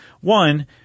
One